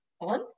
on